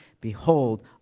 Behold